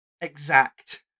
exact